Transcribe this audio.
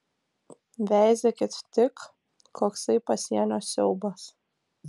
veizėkit tik koksai pasienio siaubas